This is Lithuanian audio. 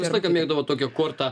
visą laiką mėgdavo tokią kortą